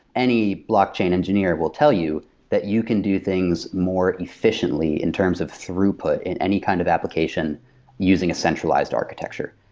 any blockchain engineer will tell you that you can do things more efficiently in terms of throughput in any kind of application using a centralized architecture.